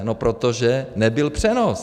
No protože nebyl přenos.